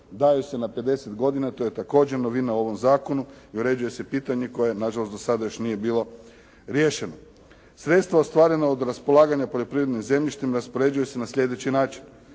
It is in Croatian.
daju se na 50 godina. To je također novina u ovom zakonu i uređuje se pitanje koje na žalost do sada nije bilo riješeno. Sredstva ostvarena od raspolaganje poljoprivrednim zemljištem raspoređuje se na sljedeći način.